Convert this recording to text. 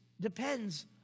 depends